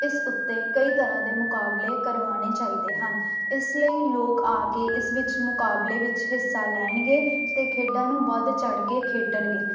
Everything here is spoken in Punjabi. ਇਸ ਉੱਤੇ ਕਈ ਤਰ੍ਹਾਂ ਦੇ ਮੁਕਾਬਲੇ ਕਰਵਾਉਣੇ ਚਾਹੀਦੇ ਹਨ ਇਸ ਲਈ ਲੋਕ ਆ ਕੇ ਇਸ ਵਿੱਚ ਮੁਕਾਬਲੇ ਵਿੱਚ ਹਿੱਸਾ ਲੈਣਗੇ ਅਤੇ ਖੇਡਾਂ ਨੂੰ ਵੱਧ ਚੜ੍ਹ ਕੇ ਖੇਡਣਗੇ